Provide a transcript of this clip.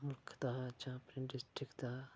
मनुक्खता चा अपनी डिस्ट्रिक दा